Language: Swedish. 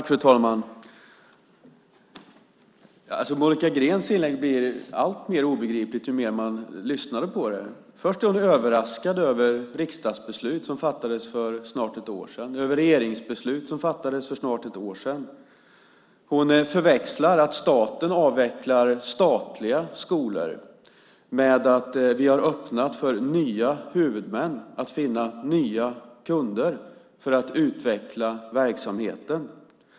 Fru talman! Monica Greens inlägg blev alltmer obegripligt ju längre man lyssnade på det. Först var hon överraskad över riksdagsbeslut och regeringsbeslut som fattades för snart ett år sedan. Hon förväxlar att staten avvecklar statliga skolor med att vi har öppnat för nya huvudmän att finna nya kunder för att utveckla verksamheten.